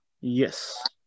Yes